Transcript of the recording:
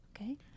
Okay